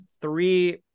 three